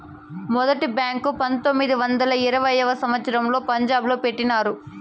మొదటి బ్యాంకు పంతొమ్మిది వందల ఇరవైయవ సంవచ్చరంలో పంజాబ్ లో పెట్టినారు